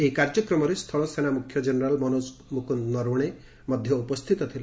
ଏହି କାର୍ଯ୍ୟକ୍ରମରେ ସ୍ଥଳ ସେନାମୁଖ୍ୟ ଜେନେରାଲ ମନୋଜ ମୁକୁନ୍ଦ ନରଓ୍ୱଣେ ମଧ୍ୟ ଉପସ୍ଥିତ ଥିଲେ